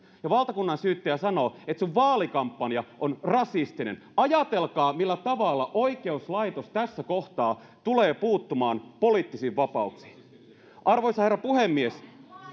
ja valtakunnansyyttäjä sanoi että sinun vaalikampanjasi on rasistinen ajatelkaa millä tavalla oikeuslaitos tässä kohtaa tulee puuttumaan poliittisiin vapauksiin arvoisa herra puhemies